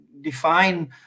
define